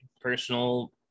personal